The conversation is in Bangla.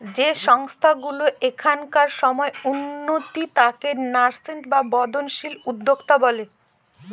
যে সংস্থাগুলা এখনকার সময় উঠতি তাকে ন্যাসেন্ট বা বর্ধনশীল উদ্যোক্তা বলে